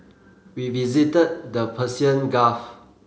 we visited the Persian Gulf